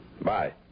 Bye